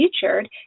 featured